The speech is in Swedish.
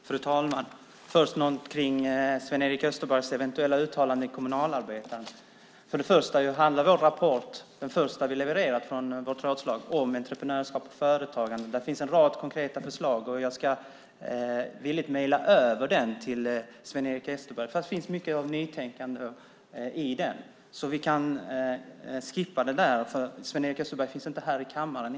Fru talman! Jag ska börja med att säga något om Sven-Erik Österbergs eventuella uttalande i Kommunalarbetaren. Först och främst handlar vår rapport, den första som vi levererar från vårt rådslag, om entreprenörskap och företagande. Där finns en rad konkreta förslag, och jag ska villigt mejla över den till Sven-Erik Österberg eftersom det finns mycket av nytänkande i den. Vi kan därför skippa den diskussionen. Sven-Erik Österberg finns inte här i kammaren.